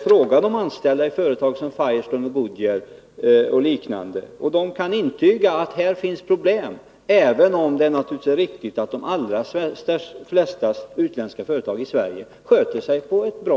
Fråga de anställda i företag som Firestone och Goodyear och liknande, och de kan intyga att det här föreligger problem, även om det naturligtvis är riktigt att de allra flesta utländska företag i Sverige sköter sig bra.